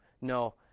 No